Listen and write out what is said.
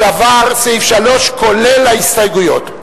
עבר סעיף 3, כולל ההסתייגות.